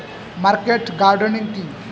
Market gardening কি?